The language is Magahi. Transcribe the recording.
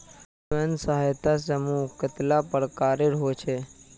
स्वयं सहायता समूह लोन कतेला प्रकारेर होचे?